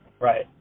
Right